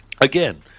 Again